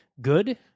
good